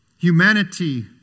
Humanity